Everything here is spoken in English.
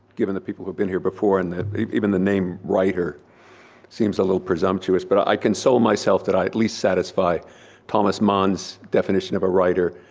given the people that have been here before and even the name writer seems a little presumptuous but i console myself that i at least satisfy thomas mann's definition of a writer,